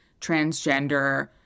transgender